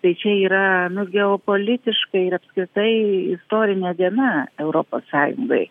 tai čia yra geopolitiškai ir apskritai istorinė diena europos sąjungai